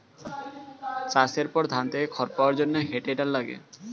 চাষের পর ধান থেকে খড় পাওয়ার জন্যে হে টেডার লাগে